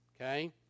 Okay